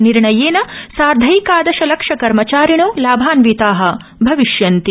निर्णयेन सार्धैकादश लक्ष कर्मचारिणो लाभान्विता भविष्यन्ति